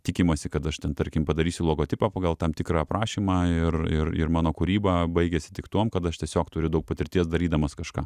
tikimasi kad aš ten tarkim padarysiu logotipą pagal tam tikrą aprašymą ir ir ir mano kūryba baigiasi tik tuom kad aš tiesiog turiu daug patirties darydamas kažką